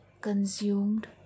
consumed